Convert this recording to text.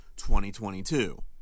2022